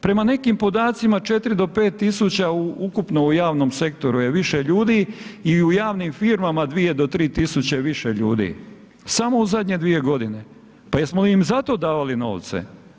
Prema nekim podacima 4 do 5000 ukupno u javnom sektoru je više ljudi i u javnim firmama 2 do 3000 više ljudi, samo u zadnje 2 g. Pa jesmo li im zato davali novce?